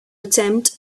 attempt